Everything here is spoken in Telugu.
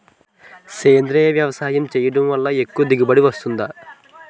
సేంద్రీయ వ్యవసాయం చేయడం వల్ల ఎక్కువ దిగుబడి వస్తుందా?